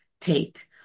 take